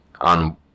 on